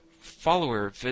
follower